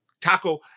Taco